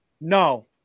no